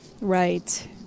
Right